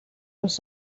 los